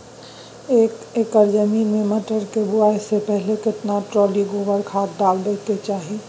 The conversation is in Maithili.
एक एकर जमीन में मटर के बुआई स पहिले केतना ट्रॉली गोबर खाद डालबै के चाही?